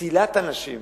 בפסילת אנשים